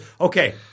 okay